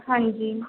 ਹਾਂਜੀ